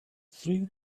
three